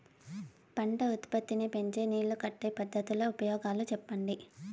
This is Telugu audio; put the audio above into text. పంట ఉత్పత్తి నీ పెంచే నీళ్లు కట్టే పద్ధతుల ఉపయోగాలు చెప్పండి?